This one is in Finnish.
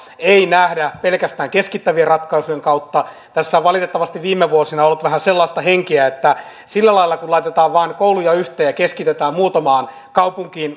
ei nähdä pelkästään keskittävien ratkaisujen kautta tässä on valitettavasti viime vuosina ollut vähän sellaista henkeä että kun vain laitetaan kouluja yhteen ja keskitetään korkeakoulutusta suomessa muutamaan kaupunkiin